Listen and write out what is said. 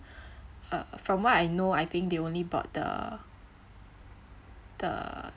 uh from what I know I think they only bought the the